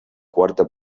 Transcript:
quarta